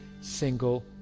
single